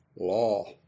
law